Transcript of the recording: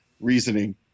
reasoning